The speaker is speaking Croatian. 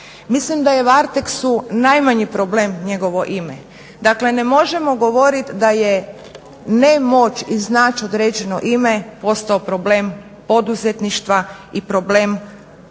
Mislim da je Varteksu najmanji problem njegovo ime. Dakle, ne možemo govorit da je nemoć iznač određeno ime postao problem poduzetništva i problem kojim poduzetnicima